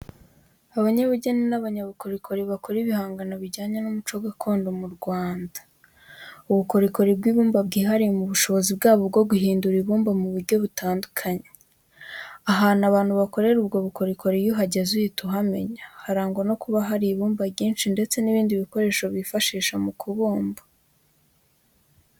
Abanyabugeni n'abanyabukorikori bakora ibihangano bijyanye n'umuco gakondo mu Rwanda. Ubukorikori bw'ibumba bwihariye mu bushobozi bwabo bwo guhindura ibumba mu buryo butandukanye. Ahantu abantu bakorera ubwo bukorikori iyo uhageze uhita uhamenya, harangwa no kuba hari ibumba ryinshi ndetse n'ibindi bikoresho bifashisha mu kubumba.